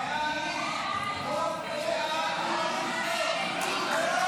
סעיף 5, כהצעת